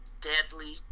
deadly